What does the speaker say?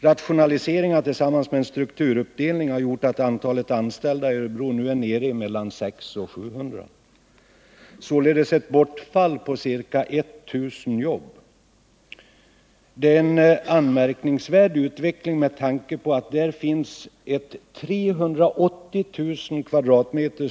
Rationaliseringar tillsammans med en strukturuppdelning har gjort att antalet anställda i Örebro nu är nere i mellan 600 och 700, således ett bortfall av ca 1000 arbeten. Detta är en anmärkningsvärd utveckling med tanke på att där finns ett 380 000 m?